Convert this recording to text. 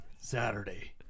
Saturday